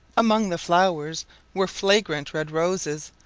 among the flowers were fragrant red roses,